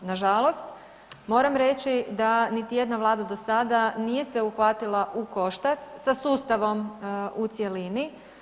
Na žalost, moram reći da niti jedna Vlada do sada nije se uhvatila u koštac sa sustavom u cjelini.